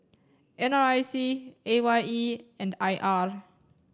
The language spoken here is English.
N R I C A Y E and I R